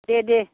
दे दे